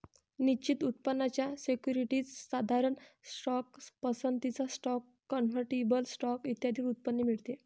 निश्चित उत्पन्नाच्या सिक्युरिटीज, साधारण स्टॉक, पसंतीचा स्टॉक, कन्व्हर्टिबल स्टॉक इत्यादींवर उत्पन्न मिळते